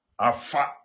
afa